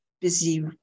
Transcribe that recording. busy